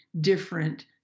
different